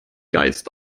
geist